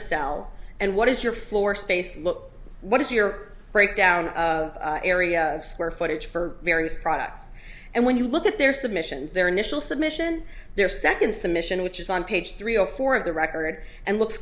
sell and what does your floor space look what is your breakdown area square footage for various products and when you look at their submissions their initial submission their second submission which is on page three or four of the record and looks